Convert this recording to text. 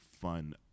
fun